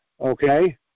Okay